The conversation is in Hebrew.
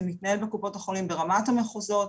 זה מתנהל בקופות החולים ברמת המחוזות,